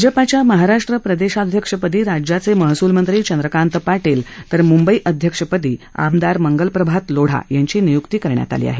भाजपच्या महाराष्ट्र प्रदेशाध्यक्षपदी राज्याचे महसूलमंत्री चंद्रकांत पाटील तर मुंबई अध्यक्षपदी आमदार मंगलप्रभात लोढा यांची नियुक्ती करण्यात आली आहे